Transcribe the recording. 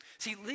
See